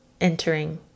entering